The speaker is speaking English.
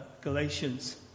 Galatians